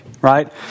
right